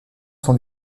sont